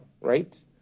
right